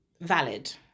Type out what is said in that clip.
valid